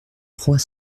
trois